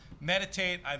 Meditate